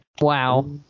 Wow